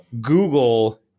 Google